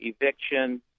eviction